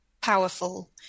powerful